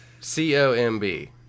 c-o-m-b